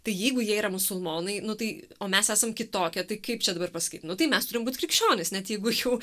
tai jeigu jie yra musulmonai nu tai o mes esam kitokie tai kaip čia dabar pasakyt nu tai mes turim būt krikščionys net jeigu jau